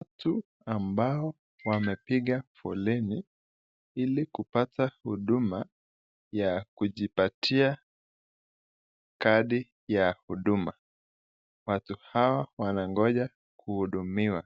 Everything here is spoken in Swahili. Watu ambao wamepiga foleni ili kupata huduma ya kujipatia kadi ya huduma. Watu hawa wanangoja kuhudumiwa